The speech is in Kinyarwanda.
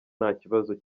ntakibazo